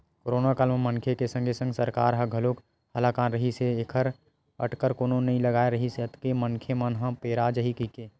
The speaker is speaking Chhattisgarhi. करोनो काल म मनखे के संगे संग सरकार ह घलोक हलाकान रिहिस हे ऐखर अटकर कोनो नइ लगाय रिहिस अतेक मनखे मन ह पेरा जाही कहिके